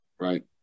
right